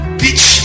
bitch